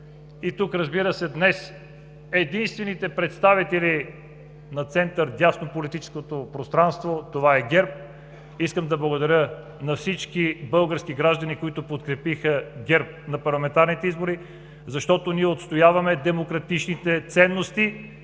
днес, разбира се, единствените представители на център-дясно в политическото пространство е ГЕРБ. Искам да благодаря на всички български граждани, които подкрепиха ГЕРБ на парламентарните избори, защото ние отстояваме демократичните ценности